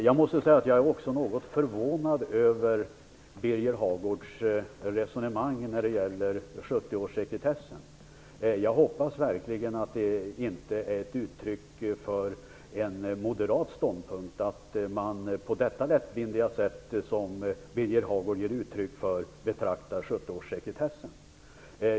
Jag är också något förvånad över Birger Hagårds resonemang när det gäller 70-årssekretessen. Jag hoppas verkligen att det inte är en moderat ståndpunkt att betrakta 70-årssekretessen på det lättvindiga sätt som Birger Hagård gör.